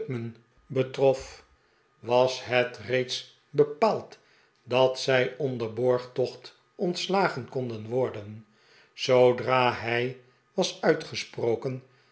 betrof de pickwick club was het reeds bepaald dat zij onder borgtocht ontslagen konden worden zoodra hij was uitgesproken